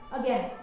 again